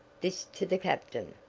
this to the captain.